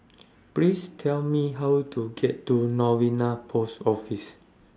Please Tell Me How to get to Novena Post Office